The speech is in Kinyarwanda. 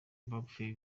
bapfuye